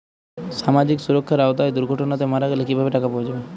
সামাজিক সুরক্ষার আওতায় দুর্ঘটনাতে মারা গেলে কিভাবে টাকা পাওয়া যাবে?